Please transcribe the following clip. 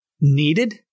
needed